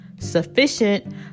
Sufficient